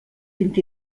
vint